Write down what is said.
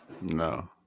No